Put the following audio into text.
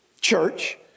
church